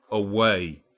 away!